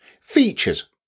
features